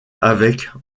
avec